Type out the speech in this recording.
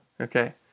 Okay